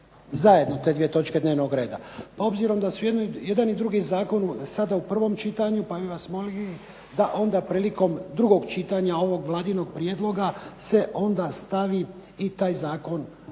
zajedno te dve točke dnevnog reda. Pa s obzirom da su jedan i drugi zakon sada u prvom čitanju pa bih vas molio da prilikom drugog čitanja ovog Vladinog Prijedloga se stavi i taj zakon,